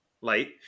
light